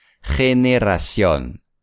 Generación